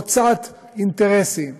חוצת אינטרסים,